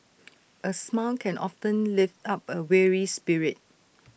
A smile can often lift up A weary spirit